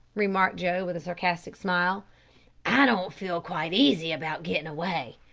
remarked joe, with a sarcastic smile i don't feel quite easy about gettin' away.